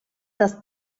das